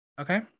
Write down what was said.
okay